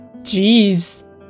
Jeez